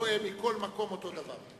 הוא רואה מכל מקום אותו דבר.